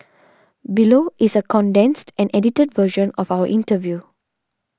below is a condensed and edited version of our interview